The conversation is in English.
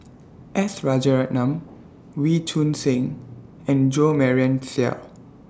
S Rajaratnam Wee Choon Seng and Jo Marion Seow